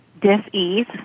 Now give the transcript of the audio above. dis-ease